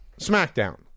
smackdown